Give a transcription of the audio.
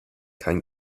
kein